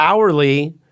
Hourly